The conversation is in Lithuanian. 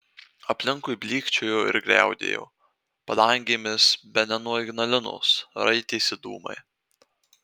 aplinkui blykčiojo ir griaudėjo padangėmis bene nuo ignalinos raitėsi dūmai